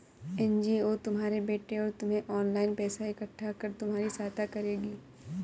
NGO तुम्हारे बेटे और तुम्हें ऑनलाइन पैसा इकट्ठा कर तुम्हारी सहायता करेगी